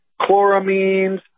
chloramines